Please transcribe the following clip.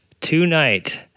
tonight